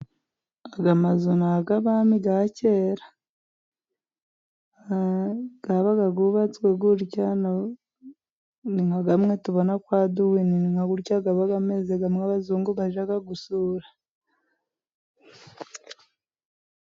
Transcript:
Aya mazu ni ay'abami ya kera yabaga yubatswe gutya, ni nk'amwe tubona kwa duwini, ni nka gutya aba ameze amwe abazungu bajya gusura.